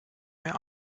mir